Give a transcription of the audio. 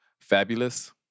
Fabulous